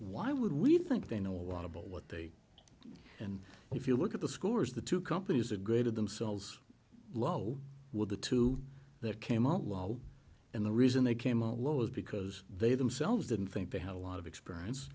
why would we think they know a lot about what they are and if you look at the scores the two companies are graded themselves low with the two that came out loud and the reason they came alone was because they themselves didn't think they had a lot of experience